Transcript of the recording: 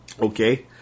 Okay